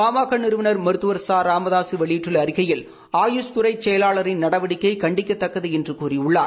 பாமக நிறுவனர் மருத்துவர் ராமதாக வெளியிட்டுள்ள அறிக்கையில் ஆயுஷ் துறை செயலாளரின் நடவடிக்கை கண்டிக்கத்தக்கது என்று கூறியுள்ளார்